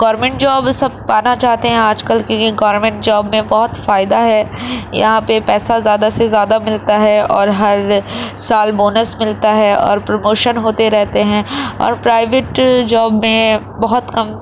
government job سب پانا چاہتے ہیں آج کل کیونکہ گورمینٹ جاب میں بہت فائدہ ہے یہاں پہ پیسہ زیادہ سے زیادہ ملتا ہے اور ہر سال بونس ملتا ہے اور پروموشن ہوتے رہتے ہیں اور پرائیویٹ جاب میں بہت کم